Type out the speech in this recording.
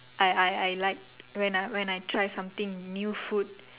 I I I like when I when I try something new food